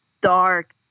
dark